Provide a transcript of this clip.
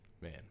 Man